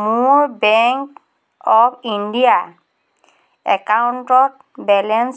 মোৰ bank of India একাউণ্টক balance